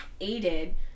aided